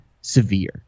severe